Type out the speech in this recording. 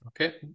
Okay